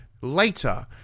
later